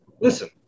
Listen